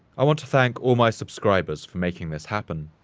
i want to thank all my subscribers for making this happen.